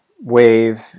wave